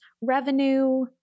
revenue